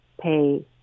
pay